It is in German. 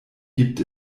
gibt